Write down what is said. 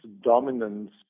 dominance